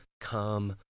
come